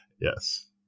Yes